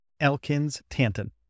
Elkins-Tanton